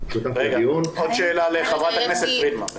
עוד שאלה לחברת הכנסת פרידמן.